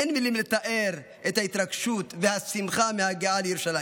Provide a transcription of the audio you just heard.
אין מילים לתאר את ההתרגשות והשמחה מההגעה לירושלים.